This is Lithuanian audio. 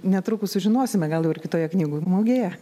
netrukus sužinosime gal jau ir kitoje knygų mugėje